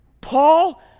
Paul